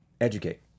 educate